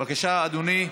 בבקשה, אדוני,